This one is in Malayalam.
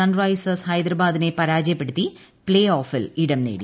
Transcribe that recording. സൺ റൈസേഴ്സ് ഹൈദരാബാദിനെ പരാജയപ്പെടുത്തി പ്തേ ഓഫിൽ ഇടം നേടി